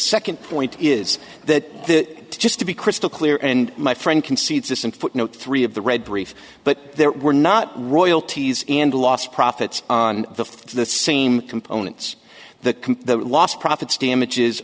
second point is that just to be crystal clear and my friend concedes this in footnote three of the red brief but there were not royalties and lost profits on the the same components the lost profits damages